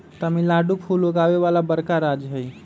तमिलनाडु फूल उगावे वाला बड़का राज्य हई